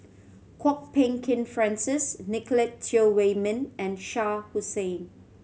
Kwok Peng Kin Francis Nicolette Teo Wei Min and Shah Hussain